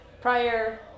Prior